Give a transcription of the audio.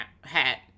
hat